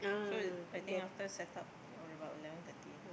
so is I think after setup already about eleven thirty